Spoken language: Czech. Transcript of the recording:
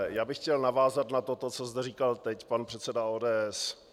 Já bych chtěl navázat na toto, co zde říkal teď pan předseda ODS.